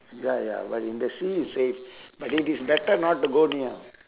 ya ya when in the sea is safe but it is better not to go near